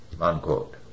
Unquote